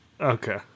Okay